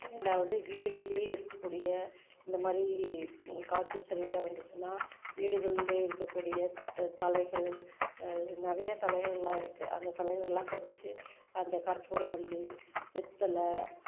ரெண்டாவது வீடுகள்லேயே இருக்க கூடிய இந்தமாதிரி காய்ச்சல் சளி எல்லாம் வந்துச்சுன்னா வீடுகள்லேயே இருக்க கூடிய தழைகள் நிறையா தழைகள்லாம் இருக்கு அந்த தழைகள்லாம் பறித்து அந்த கற்பூரவள்ளி வெத்தலை